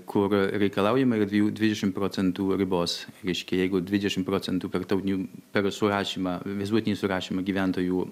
kur reikalaujama yra dviejų dvidešimt procentų ribos reiškia jeigu dvidešimt procentų per tautinių per surašymą visuotinį surašymą gyventojų